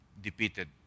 defeated